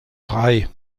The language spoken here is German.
frei